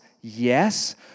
yes